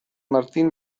martín